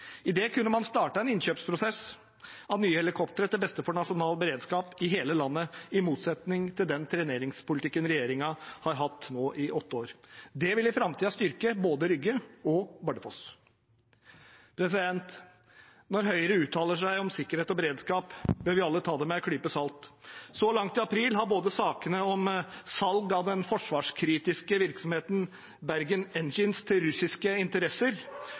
det kunne man startet en innkjøpsprosess av nye helikoptre til beste for nasjonal beredskap i hele landet, i motsetning til den treneringspolitikken regjeringen har hatt nå i åtte år. Det ville i framtiden kunne styrke både Rygge og Bardufoss. Når Høyre uttaler seg om sikkerhet og beredskap, bør vi alle ta det med en klype salt. Så langt i april har både sakene om salg av den forsvarskritiske virksomheten Bergen Engines til russiske interesser